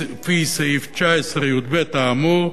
לפי סעיף 19יב האמור,